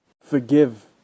Forgive